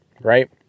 right